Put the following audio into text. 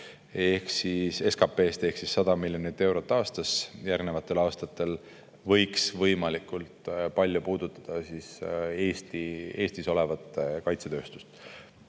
see 0,25% SKP‑st ehk 100 miljonit eurot aastas järgnevatel aastatel võiks võimalikult palju puudutada Eestis olevat kaitsetööstust.